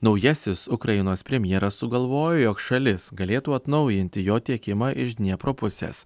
naujasis ukrainos premjeras sugalvojo jog šalis galėtų atnaujinti jo tiekimą iš dniepro pusės